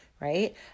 right